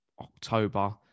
October